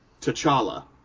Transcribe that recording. T'Challa